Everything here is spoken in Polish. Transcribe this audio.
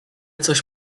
coś